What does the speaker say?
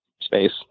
space